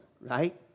Right